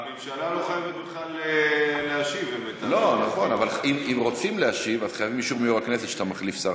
אנחנו עוד לא קיבלנו אישור מיושב-ראש הכנסת על זה שאתה משיב בשם